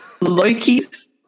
Loki's